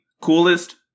coolest